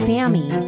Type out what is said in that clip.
Sammy